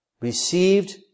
received